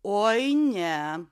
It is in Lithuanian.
oi ne